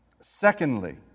Secondly